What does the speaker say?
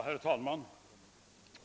Herr talman!